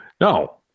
No